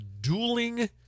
dueling